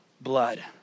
blood